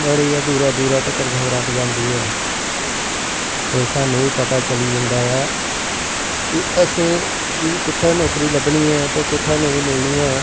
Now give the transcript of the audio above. बड़ी गै दूरा दूरा तक्कर खबरां पज़ांदी ऐ ते स्हानू बी पता चली जंदा ऐ कि अस कुत्थै नौकरी लब्भनी ऐ ते कुत्थैं नेंई मिलनी ऐ